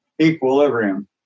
equilibrium